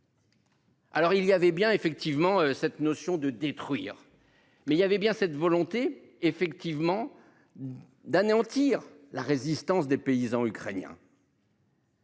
Alors il y avait bien effectivement cette notion de détruire. Mais il y avait bien cette volonté effectivement. D'anéantir la résistance des paysans ukrainiens.